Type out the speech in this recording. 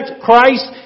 Christ